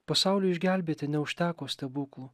pasaulį išgelbėti neužteko stebuklų